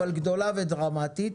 אבל גדולה ודרמטית,